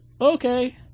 Okay